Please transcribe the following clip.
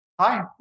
Hi